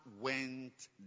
went